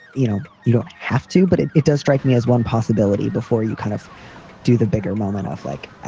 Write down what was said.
you know, you don't have to. but it it does strike me as one possibility before you kind of do the bigger moment off. like,